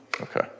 Okay